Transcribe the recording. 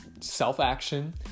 self-action